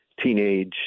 teenage